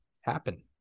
happen